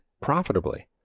profitably